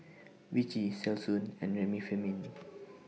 Vichy Selsun and Remifemin